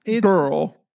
Girl